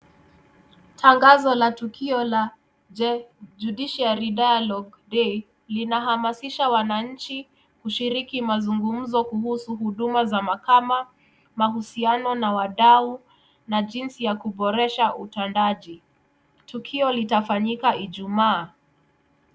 Tangzo la tukio la [c]Judiciary Dialogue Day[c] linahamasisha wananchi kushiriki mazungumzo kuhusu huduma za mahakama, mahusiano na wadau na jinsi ya kuboresha utendaji. Tukio litafanyika ijumaa.